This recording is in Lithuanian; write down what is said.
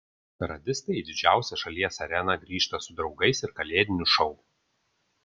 radistai į didžiausią šalies areną grįžta su draugais ir kalėdiniu šou